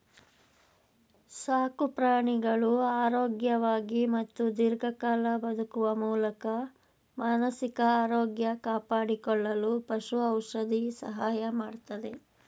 ಸಾಕುಪ್ರಾಣಿಗಳು ಆರೋಗ್ಯವಾಗಿ ಮತ್ತು ದೀರ್ಘಕಾಲ ಬದುಕುವ ಮೂಲಕ ಮಾನಸಿಕ ಆರೋಗ್ಯ ಕಾಪಾಡಿಕೊಳ್ಳಲು ಪಶು ಔಷಧಿ ಸಹಾಯ ಮಾಡ್ತದೆ